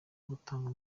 gutanga